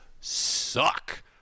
suck